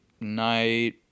night